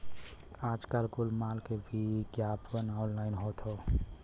आजकल कुल माल के विग्यापन ऑनलाइन होत हौ